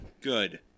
Good